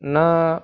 न